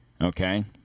Okay